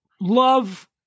love